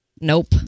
Nope